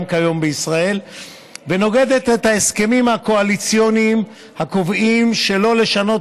כיום בישראל ונוגדת את ההסכמים הקואליציוניים הקובעים שלא לשנות